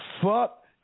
Fuck